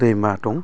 दैमा दं